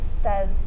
says